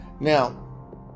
Now